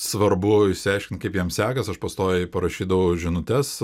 svarbu išsiaiškint kaip jiem sekas aš pastoviai parašydavau žinutes